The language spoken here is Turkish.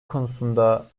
konusunda